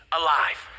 alive